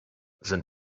sind